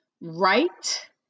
right